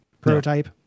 prototype